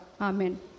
Amen